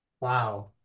Wow